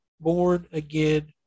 born-again